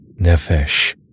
Nefesh